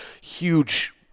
huge